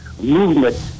movement